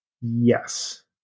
Yes